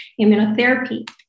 immunotherapy